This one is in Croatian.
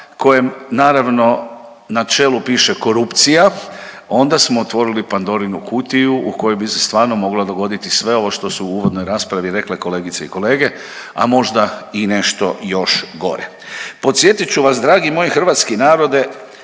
kojem naravno na čelu piše korupcija onda smo otvorili Pandorinu kutiju u kojoj bi se stvarno moglo dogoditi sve ovo što su u uvodnoj raspravi rekle kolegice i kolege, a možda i nešto još gore. Podsjetit ću vas dragi moj hrvatski narode,